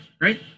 right